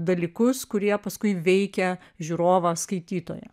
dalykus kurie paskui veikia žiūrovą skaitytoją